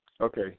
Okay